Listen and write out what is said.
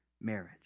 marriage